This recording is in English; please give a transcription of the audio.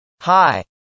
Hi